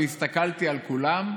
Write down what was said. והסתכלתי על כולם,